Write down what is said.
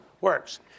works